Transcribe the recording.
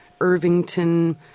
Irvington